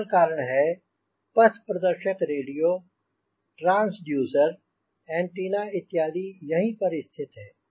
सरल कारण है कि पथ प्रदर्शक रेडियो ट्रांसड्यूसर एंटेना इत्यादि यहीं पर स्थित है